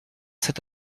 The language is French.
cet